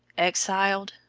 exiled,